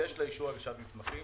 יש לה אישור הגשת מסמכים.